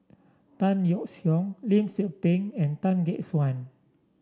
Tan Yeok Seong Lim Tze Peng and Tan Gek Suan